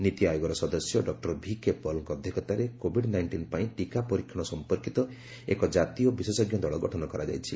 ନୀତି ଆୟୋଗର ସଦସ୍ୟ ଡକ୍ଟର ଭିକେ ପଲ୍ଙ୍କ ଅଧ୍ୟକ୍ଷତାରେ କୋଭିଡ୍ ନାଇଣ୍ଟିନ୍ ପାଇଁ ଟୀକା ପରୀକ୍ଷଣ ସମ୍ପର୍କିତ ଏକ ଜାତୀୟ ବିଶେଷଜ୍ଞ ଦଳ ଗଠନ କରାଯାଇଛି